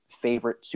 favorite